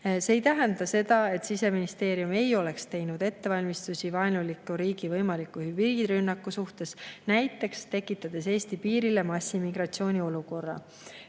See ei tähenda seda, et Siseministeerium ei oleks teinud ettevalmistusi vaenuliku riigi võimaliku hübriidrünnaku [tõrjumiseks], kui näiteks Eesti piiril tekitataks massimigratsiooni olukord.